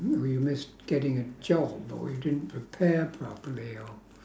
or you missed getting a job or you didn't prepare properly or